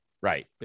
Right